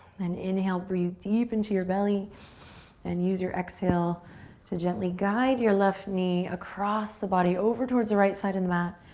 and inhale, breathe deep into your belly and use your exhale to gently guide your left knee across the body, over towards the right side of the mat